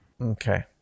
Okay